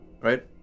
Right